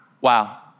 wow